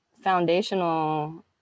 foundational